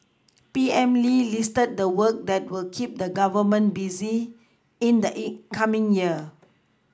P M Lee listed the work that will keep the Government busy in the coming year